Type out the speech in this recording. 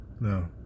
No